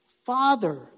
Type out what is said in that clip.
Father